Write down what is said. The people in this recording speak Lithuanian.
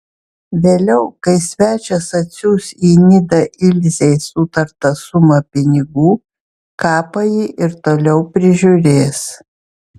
vėliau kai svečias atsiųs į nidą ilzei sutartą sumą pinigų kapą ji ir toliau prižiūrės